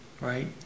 right